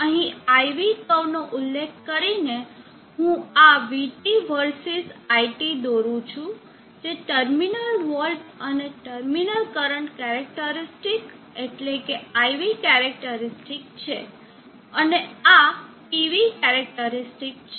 અહીં IV curve નો ઉલ્લેખ કરીને હું આ vT વર્સીસ iT દોરું છું જે ટર્મિનલ વોલ્ટ અને ટર્મિનલ કરંટ કેરેકટરીસ્ટીક એટલેકે IV કેરેકટરીસ્ટીક છે અને આ PV કેરેકટરીસ્ટીક છે